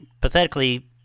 pathetically